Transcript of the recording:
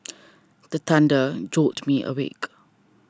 the thunder jolt me awake